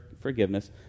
forgiveness